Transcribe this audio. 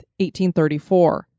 1834